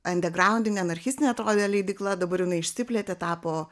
andergraundinė anarchistinė atrodė leidykla dabar jinai išsiplėtė tapo